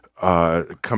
Come